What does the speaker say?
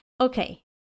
Okay